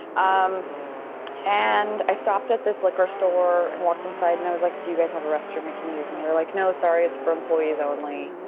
um and i stopped at this liquor store and walked inside and i was like, do you guys have a restroom i can use? and they were like, no, sorry, it's for employees only.